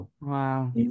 Wow